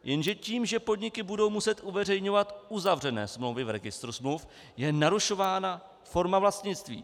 Jenže tím, že podniky budou muset uveřejňovat uzavřené smlouvy v registru smluv, je narušována forma vlastnictví.